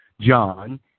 John